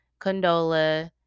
condola